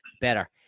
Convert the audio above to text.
better